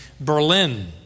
Berlin